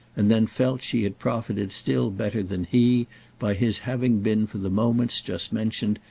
and then felt she had profited still better than he by his having been for the moments just mentioned,